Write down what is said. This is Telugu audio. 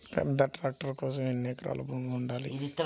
పెద్ద ట్రాక్టర్ కోసం ఎన్ని ఎకరాల భూమి ఉండాలి?